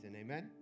Amen